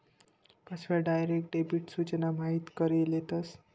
फसव्या, direct debit सूचना माहिती करी लेतस